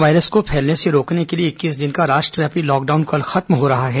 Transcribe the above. corona virus को फैलने से रोकने के लिए इक्कीस दिन का राष्ट्रव्यापी लॉकडाउन कल खत्म हो रहा है